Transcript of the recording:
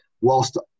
whilst